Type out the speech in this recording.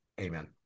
Amen